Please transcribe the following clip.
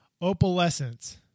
opalescence